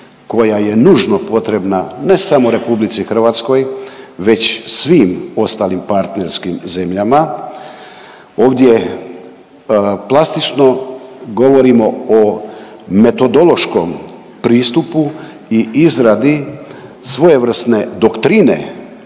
koja je nužno potrebna ne samo RH već svim ostalim partnerskim zemljama ovdje plastično govorimo o metodološkom pristupu i izradi svojevrsne doktrine